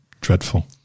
dreadful